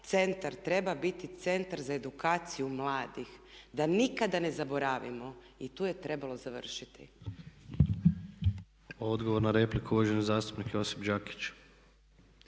treba biti centar za edukaciju mladih, da nikada ne zaboravimo i tu je trebalo završiti.